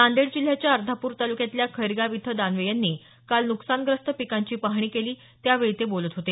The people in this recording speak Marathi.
नांदेड जिल्ह्याच्या अर्धापूर तालुक्यातल्या खैरगाव इथं दानवे यांनी काल नुकसानग्रस्त पिकांची पाहणी केली त्यावेळी ते बोलत होते